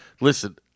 listen